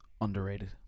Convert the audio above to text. underrated